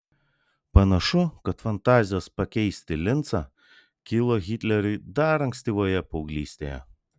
panašu kad fantazijos pakeisti lincą kilo hitleriui dar ankstyvoje paauglystėje